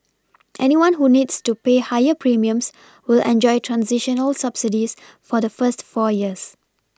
anyone who needs to pay higher premiums will enjoy transitional subsidies for the first four years